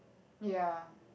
ya